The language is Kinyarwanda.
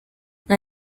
nta